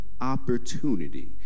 opportunity